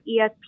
ESP